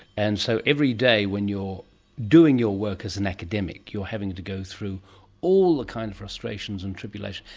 and so every day when you're doing your work as an academic, you're having to go through all the kind of frustrations and tribulations.